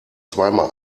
zweimal